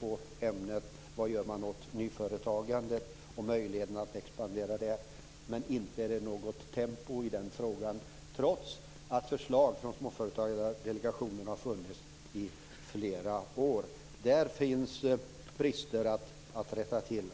när vi talade om vad man gör för att underlätta för en expansion av nyföretagandet. Inte är det något tempo, trots att det har funnits förslag från Småföretagardelegationen i flera år. Där finns brister att rätta till.